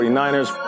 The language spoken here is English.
49ers